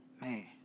Man